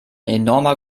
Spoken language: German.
enormer